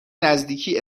نزدیکی